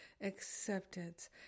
acceptance